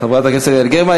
חברת הכנסת יעל גרמן.